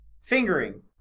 fingering